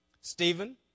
Stephen